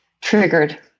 triggered